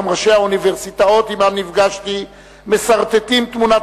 גם ראשי האוניברסיטאות שעמם נפגשתי מסרטטים תמונת